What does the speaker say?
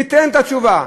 תיתן את התשובה,